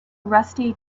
rusty